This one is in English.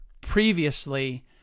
previously